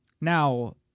Now